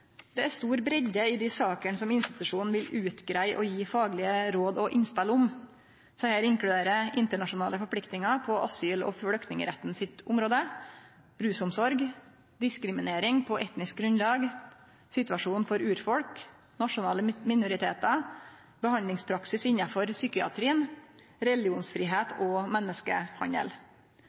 Det er stor breidde i dei sakene institusjonen vil utgreie og gje faglege råd og innspel om. Desse inkluderer internasjonale forpliktingar på asyl- og flyktningretten sitt område, rusomsorg, diskriminering på etnisk grunnlag, situasjonen for urfolk, nasjonale minoritetar, behandlingspraksis innanfor psykiatrien, religionsfridom og menneskehandel.